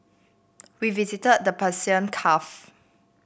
we visited the Persian Gulf